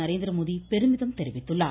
நரேந்திரமோடி பெருமிதம் தெரிவித்துள்ளார்